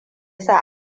sa